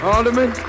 Alderman